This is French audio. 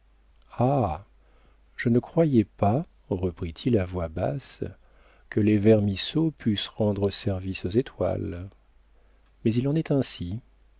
je ne croyais pas reprit-il à voix basse que les vermisseaux pussent rendre service aux étoiles mais il en est ainsi